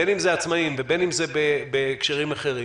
בין אם זה עצמאיים ובין אם זה בהקשרים אחרים,